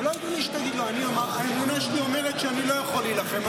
זה לא שתגיד: האמונה שלי אומרת שאני לא אוכל להילחם.